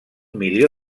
milió